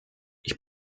ich